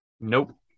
Nope